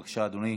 בבקשה, אדוני,